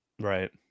Right